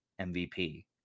MVP